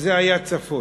וזה היה צפוי.